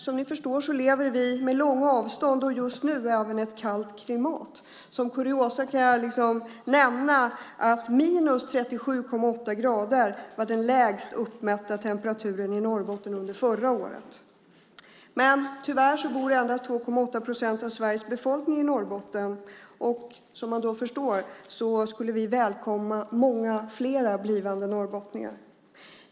Som ni förstår lever vi med långa avstånd och just nu med kallt klimat. Som kuriosa kan jag nämna att minus 37,8 grader var den lägsta uppmätta temperaturen i Norrbotten under förra året. Men tyvärr bor endast 2,8 procent av Sveriges befolkning i Norrbotten. Som man förstår skulle vi välkomna många flera blivande norrbottningar.